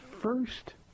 first